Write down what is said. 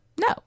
No